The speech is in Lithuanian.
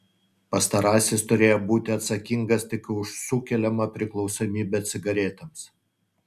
pastarasis turėjo būti atsakingas tik už sukeliamą priklausomybę cigaretėms